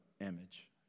image